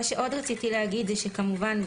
מה שעוד רציתי להגיד זה שכמובן,